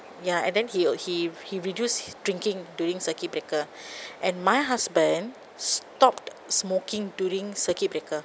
ya and then he uh he he reduce his drinking during circuit breaker and my husband stopped smoking during circuit breaker